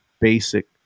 basic